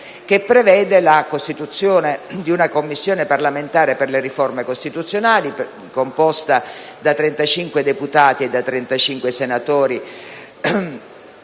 Esso prevede la costituzione di una Commissione parlamentare per le riforme costituzionali composta da 35 deputati e 35 senatori,